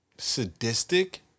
Sadistic